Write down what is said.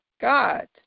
God